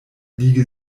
liege